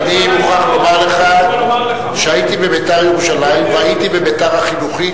אני מוכרח לומר לך שהייתי ב"בית"ר ירושלים" והייתי בבית"ר החינוכית,